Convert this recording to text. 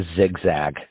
zigzag